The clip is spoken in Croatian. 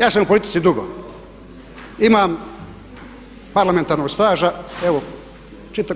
Ja sam u politici dugo, imam parlamentarnog staža evo